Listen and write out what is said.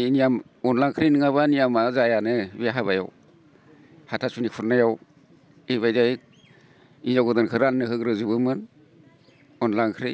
ए नियाम अनद्ला ओंख्रि नङाब्ला नियामा जायानो बे हाबायाव हाथासुनि खुरनायाव बेबायदिहाय हिनजाव गोदानखौ राननो होग्रोजोबोमोन अनद्ला ओंख्रै